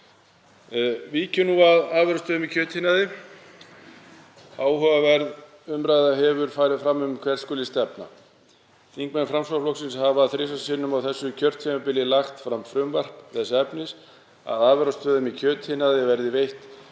Víkjum nú að afurðastöðvum í kjötiðnaði. Áhugaverð umræða hefur farið fram um hvert skuli stefna. Þingmenn Framsóknarflokksins hafa þrisvar sinnum á þessu kjörtímabili lagt fram frumvarp þess efnis að afurðastöðvum í kjötiðnaði verði veitt